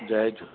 जय झूले